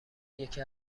یکی